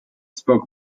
spoke